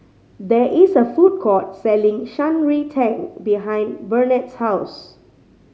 there is a food court selling Shan Rui Tang behind Burnett's house